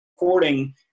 recording